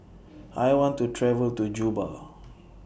I want to travel to Juba